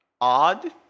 odd